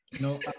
No